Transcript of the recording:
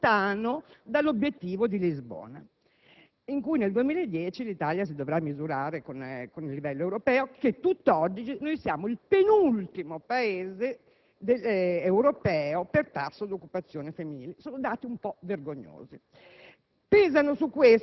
è molto lontano dall'obiettivo di Lisbona (ricordo che nel 2010 l'Italia dovrà misurarsi con i livelli europei). Attualmente, siamo il penultimo Paese europeo per tasso di occupazione femminile. Sono dati un po' vergognosi.